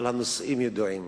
אבל הנושאים ידועים